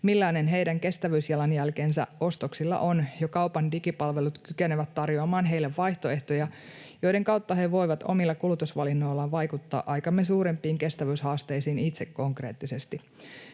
millainen heidän kestävyysjalanjälkensä ostoksilla on. Jo kaupan digipalvelut kykenevät tarjoamaan heille vaihtoehtoja, joiden kautta he voivat omilla kulutusvalinnoillaan vaikuttaa aikamme suurimpiin kestävyyshaasteisiin itse konkreettisesti.